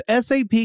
SAP